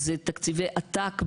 אלה תקציבי עתק,